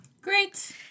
great